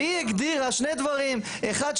והיא הגדירה שני דברים: אחד,